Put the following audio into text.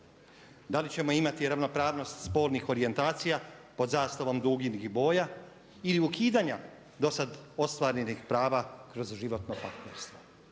DA li ćemo imati ravnopravnost spolnih orijentacija pod zastavom duginih boja ili ukidanja do sada ostvarenih prava kroz životno partnerstvo?